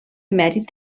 emèrit